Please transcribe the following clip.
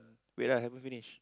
wait ah haven't finish